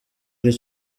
ari